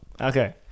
Okay